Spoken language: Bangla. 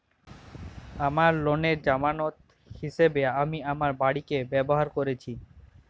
আমার লোনের জামানত হিসেবে আমি আমার বাড়িকে ব্যবহার করেছি